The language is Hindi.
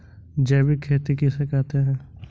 जैविक खेती किसे कहते हैं?